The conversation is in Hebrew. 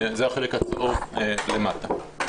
זה החלק הצהוב למטה.